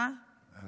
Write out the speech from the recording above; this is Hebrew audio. השעון.